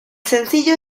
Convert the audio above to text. sencillo